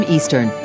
Eastern